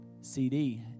CD